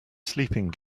sleeping